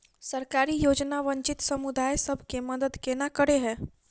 सरकारी योजना वंचित समुदाय सब केँ मदद केना करे है?